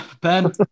Ben